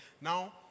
Now